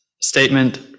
statement